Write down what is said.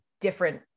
different